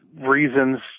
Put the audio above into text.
reasons